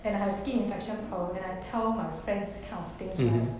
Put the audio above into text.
and I have skin infection problem and I tell my friends these kind of things right